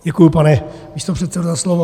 Děkuji, pane místopředsedo, za slovo.